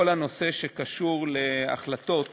כל הנושא שקשור להחלטות